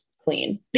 clean